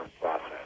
process